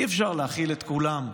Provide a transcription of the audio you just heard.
אי-אפשר להאכיל את כולם.